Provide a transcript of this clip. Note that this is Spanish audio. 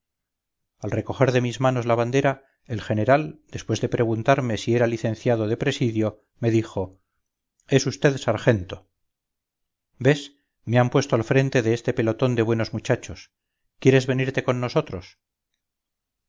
al recoger de mis manos la bandera el general despuésde preguntarme si era licenciado de presidio me dijo es vd sargento ves me han puesto al frente de este pelotón de buenos muchachos quieres venirte con nosotros